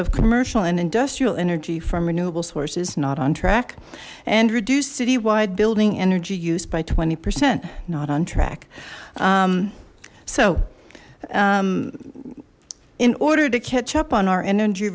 of commercial and industrial energy from renewable sources not on track and reduced citywide building energy use by twenty percent not on track so in order to catch up on our energy